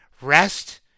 Rest